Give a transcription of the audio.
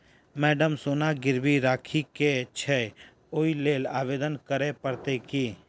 Madam सोना गिरबी राखि केँ छैय ओई लेल आवेदन करै परतै की?